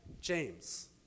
James